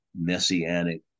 messianic